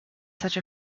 such